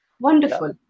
wonderful